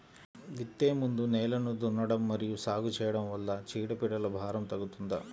విత్తే ముందు నేలను దున్నడం మరియు సాగు చేయడం వల్ల చీడపీడల భారం తగ్గుతుందా?